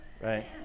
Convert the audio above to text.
right